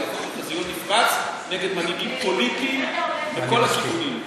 זה יהפוך לחיזיון נפרץ נגד מנהיגים פוליטיים מכל הכיוונים.